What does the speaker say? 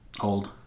Old